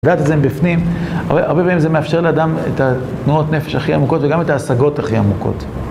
לדעת את זה מבפנים, הרבה פעמים זה מאפשר לאדם את התנועות הנפש הכי עמוקות וגם את ההשגות הכי עמוקות.